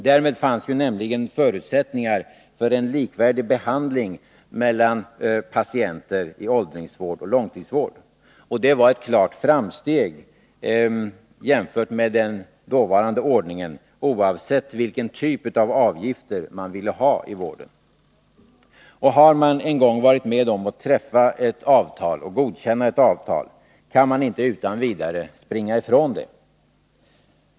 Därmed fanns nämligen förutsättningar för en likvärdig behandling av patienter i åldringsvård och långtidsvård. Och det var ett klart framsteg jämfört med den dåvarande ordningen, oavsett vilken typ av avgifter man ville ha i vården. Och har man en gång varit med om att godkänna ett avtal, kan man inte utan vidare springa ifrån det.